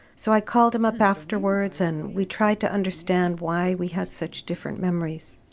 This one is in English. so i called him up afterwards, and we tried to understand why we had such different memories.